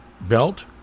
belt